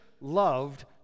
loved